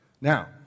Now